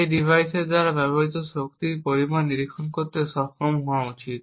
সেই ডিভাইসের দ্বারা ব্যবহৃত শক্তির পরিমাণ নিরীক্ষণ করতে সক্ষম হওয়া উচিত